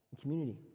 community